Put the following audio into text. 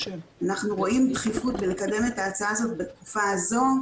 אנחנו רואים דחיפות לקדם את ההצעה הזאת בתקופה הזאת,